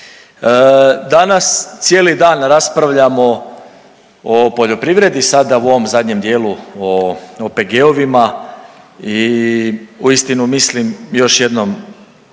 Danas cijeli dan raspravljamo o poljoprivredi, sada u ovom zadnjem dijelu u OPG-ovima i uistinu mislim još jednom